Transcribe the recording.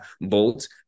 Bolt